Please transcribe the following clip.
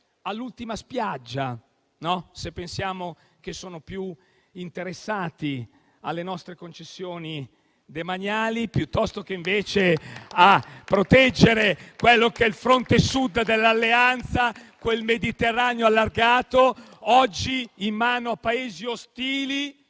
all'ultima spiaggia, se pensiamo che è più interessata alle nostre concessioni demaniali piuttosto che a proteggere il fronte Sud dell'Alleanza, quel Mediterraneo allargato oggi in mano a Paesi ostili,